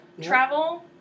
Travel